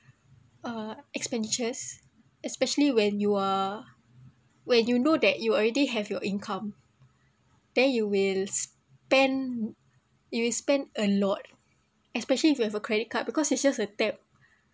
uh expenditures especially when you are when you know that you already have your income then you will spend you will spend a lot especially if you have a credit card because it's just a tap